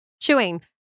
Chewing